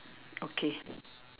okay